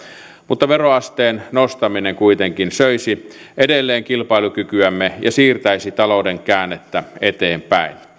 mutta veroasteen nostaminen kuitenkin söisi edelleen kilpailukykyämme ja siirtäisi talouden käännettä eteenpäin